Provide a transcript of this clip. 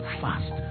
fast